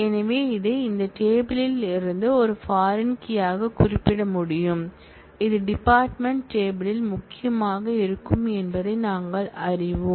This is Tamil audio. எனவே இதை இந்த டேபிள் யில் இருந்து ஒரு பாரின் கீ யாக குறிப்பிட முடியும் அது டிபார்ட்மென்ட் டேபிள் யில் முக்கியமாக இருக்கும் என்பதை நாங்கள் அறிவோம்